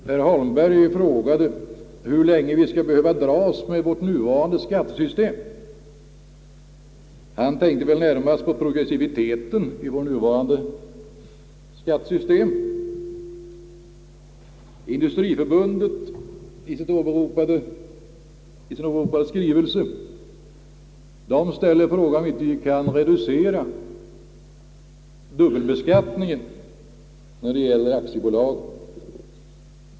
Herr Holmberg frågade hur länge vi skall behöva dras med vårt nuvarande skattesystem — han tänker väl närmast på progressiviteten. Industriförbundet ställer i sin åberopade skrivelse frågan om vi inte kan reducera dubbelbeskattningen när det gäller aktiebolagen.